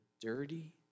dirty